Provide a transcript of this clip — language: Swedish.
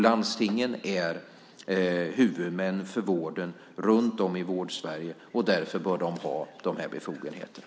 Landstingen är huvudmän för vården runt om i Vård-Sverige, och därför bör de ha de här befogenheterna.